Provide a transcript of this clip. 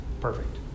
perfect